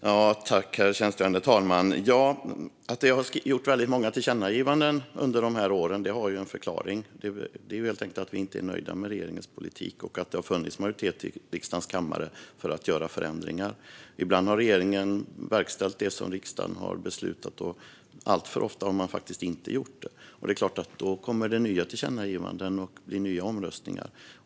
Herr ålderspresident! Att jag har bidragit till många tillkännagivanden under åren har en förklaring: Det är helt enkelt så att vi inte är nöjda med regeringens politik och att det har funnits en majoritet i riksdagens kammare för att göra förändringar. Ibland har regeringen verkställt det som riksdagen har beslutat, men alltför ofta har man inte gjort det. Då är det klart att det kommer nya tillkännagivanden och nya omröstningar.